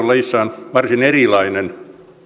lajissaan varsin erilainen